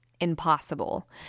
impossible